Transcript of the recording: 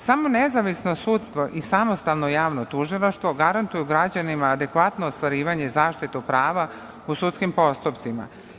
Samo nezavisno sudstvo i samostalno javno tužilaštvo garantuju građanima adekvatno ostvarivanje zaštite prava u sudskim postupcima.